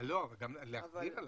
אבל גם להחזיר תשובה.